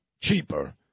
cheaper